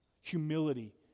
humility